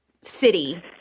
city